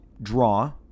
draw